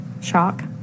shock